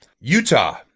Utah